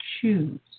choose